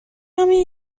همین